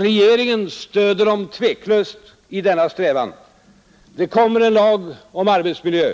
Regeringen stöder dem tveklöst i denna strävan. Det kommer en lag om arbetsmiljö.